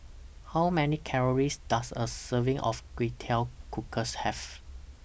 How Many Calories Does A Serving of Kway Teow Cockles Have